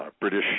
British